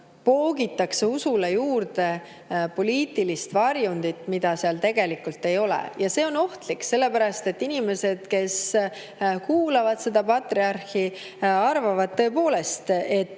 poogitakse juurde poliitilist varjundit, mida seal tegelikult ei ole. See on ohtlik, sellepärast et inimesed, kes kuulavad seda patriarhi, arvavad tõepoolest, et